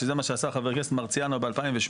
שזה מה שעשה חבר הכנסת מרציאנו ב-2008,